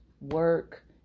work